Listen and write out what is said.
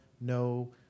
no